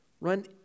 run